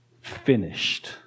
finished